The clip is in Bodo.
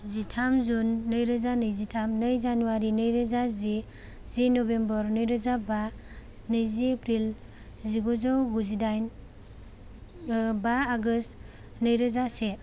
जिथाम जुन नै रोजा नैजिथाम नै जानुवारि नै रोजा जि जि नभेम्बर नै रोजा बा नैजि एप्रिल जिगुजौ गुजिदाइन बा आगष्ट नै रोजा से